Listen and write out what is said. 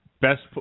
Best